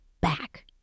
back